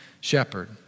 shepherd